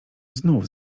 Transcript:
znów